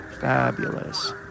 fabulous